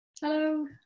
Hello